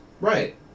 Right